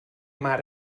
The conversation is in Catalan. mar